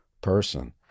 person